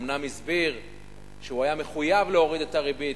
אומנם הוא הסביר שהוא היה מחויב להוריד את הריבית,